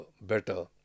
better